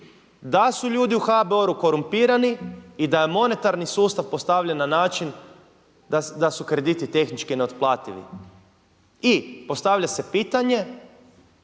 da su ljudi u HBOR-u korumpirani i da je monetarni sustav postavljen na način da su krediti tehnički neotplativi. Postavlja se pitanje,